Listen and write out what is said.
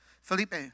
Felipe